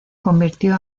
convirtió